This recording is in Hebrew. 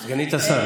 סגנית השר,